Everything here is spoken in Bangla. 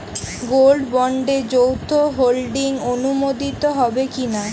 গোল্ড বন্ডে যৌথ হোল্ডিং অনুমোদিত হবে কিনা?